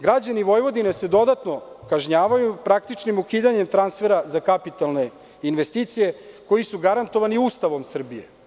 Građani Vojvodine se dodatno kažnjavaju praktičnim ukidanjem transfera za kapitalne investicije, koji su garantovani Ustavom Srbije.